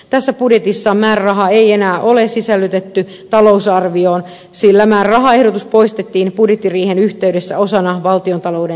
tässä budjetissa määrärahaa ei enää ole sisällytetty talousarvioon sillä määrärahaehdotus poistettiin budjettiriihen yhteydessä osana valtiontalouden säästöjä